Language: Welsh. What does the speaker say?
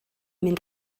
mynd